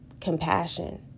compassion